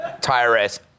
Tyrus